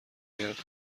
اگر